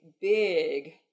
big